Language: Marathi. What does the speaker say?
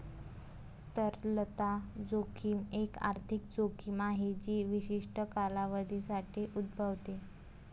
तरलता जोखीम एक आर्थिक जोखीम आहे जी विशिष्ट कालावधीसाठी उद्भवते